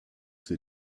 sie